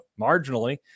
marginally